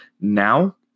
Now